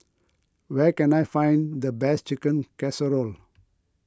where can I find the best Chicken Casserole